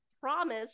promise